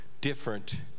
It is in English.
different